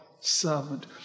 servant